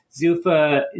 Zufa